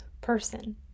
person